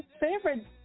favorite